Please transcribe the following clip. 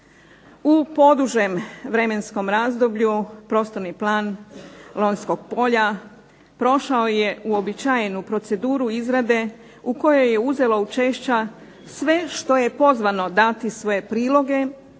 U podužem vremenskom razdoblju prostorni plan Lonjskog polja prošao je uobičajenu proceduru izrade u kojoj je uzelo učešća sve što je pozvano dati svoje priloge